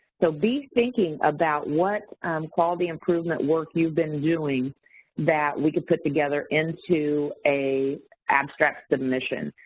so, be thinking about what quality improvement work you've been doing that we could put together into a abstract submission.